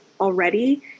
already